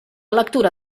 lectura